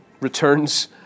returns